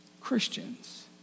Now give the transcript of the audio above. christians